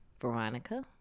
veronica